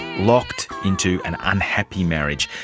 locked into an unhappy marriage.